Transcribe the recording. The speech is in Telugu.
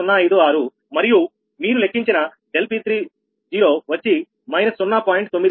056 మరియు మీరు లెక్కించిన ∆P30వచ్చి −0